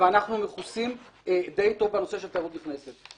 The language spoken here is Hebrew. ואנחנו מכוסים די טוב בנושא של תיירות נכנסת.